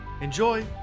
enjoy